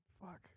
Fuck